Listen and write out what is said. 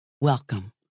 Welcome